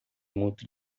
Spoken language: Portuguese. muito